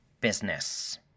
business